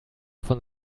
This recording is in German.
von